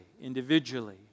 individually